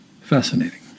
Fascinating